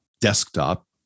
desktop